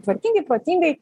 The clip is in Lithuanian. tvarkingai protingai